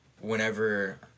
whenever